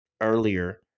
earlier